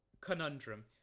conundrum